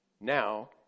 Now